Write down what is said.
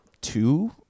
two